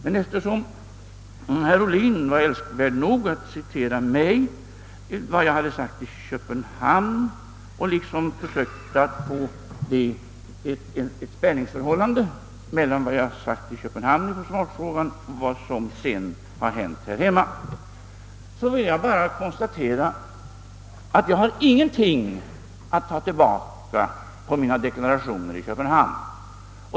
Men eftersom herr Ohlin var älskvärd nog att citera vad jag sagt i Köpenhamn och därvid försökte finna ett spänningsförhållande mellan mitt uttalande i Köpenhamn i försvarsfrågan och vad som sedan hänt här hemma, så vill jag bara slå fast att jag inte har någonting att ta tillbaka när det gäller mina deklarationer i Köpenhamn.